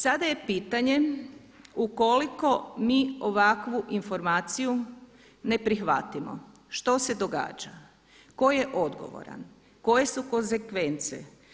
Sada je pitanje ukoliko mi ovakvu informaciju ne prihvatimo što se događa, ko je odgovoran, koje su konzekvence?